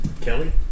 Kelly